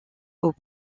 aux